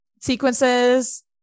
sequences